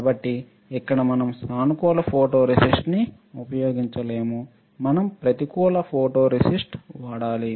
కాబట్టి ఇక్కడ మనం సానుకూల ఫోటోరేసిస్ట్ని ఉపయోగించలేము మనం ప్రతికూల ఫోటోరేసిస్ట్ వాడాలి